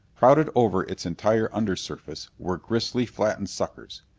crowded over its entire under surface were gristly, flattened suckers.